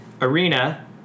arena